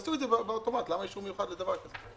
תעשו את זה אוטומטית, למה אישור מיוחד לדבר כזה?